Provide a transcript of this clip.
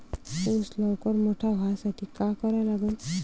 ऊस लवकर मोठा व्हासाठी का करा लागन?